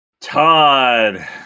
Todd